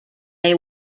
they